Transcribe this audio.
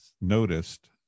noticed